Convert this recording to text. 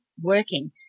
working